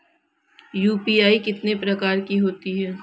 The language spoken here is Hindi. यू.पी.आई कितने प्रकार की होती हैं?